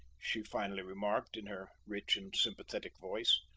she finally remarked in her rich and sympathetic voice.